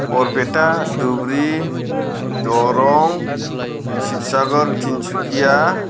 Barpeta Dhubri Darrang Sibsagar Tinsukia